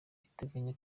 iteganya